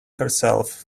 herself